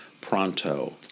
pronto